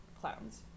clowns